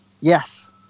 yes